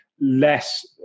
less